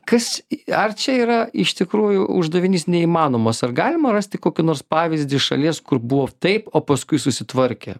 kas į ar čia yra iš tikrųjų uždavinys neįmanomas ar galima rasti kokį nors pavyzdį šalies kur buvo taip o paskui susitvarkė